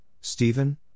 Stephen